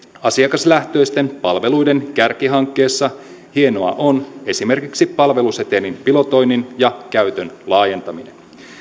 asiakaslähtöisten palveluiden kärkihankkeessa hienoa on esimerkiksi palvelusetelin pilotoinnin ja käytön laajentaminen